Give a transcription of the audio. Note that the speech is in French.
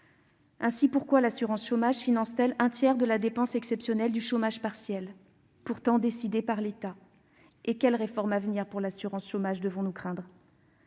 sociaux. Pourquoi l'assurance chômage finance-t-elle un tiers de la dépense exceptionnelle du chômage partiel, pourtant décidé par l'État ? Quelle réforme de l'assurance chômage devons-nous craindre ?